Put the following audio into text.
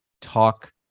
talk